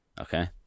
Okay